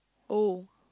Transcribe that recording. oh